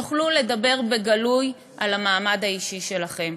תוכלו לדבר בגלוי על המעמד האישי שלכם.